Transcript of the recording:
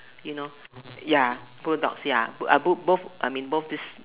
you know ya bull dog ya both both I mean both this